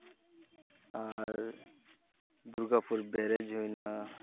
ᱟᱨ Durgapur barrage ᱦᱩᱭᱮᱱᱟ